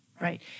right